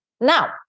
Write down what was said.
Now